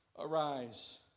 arise